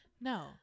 No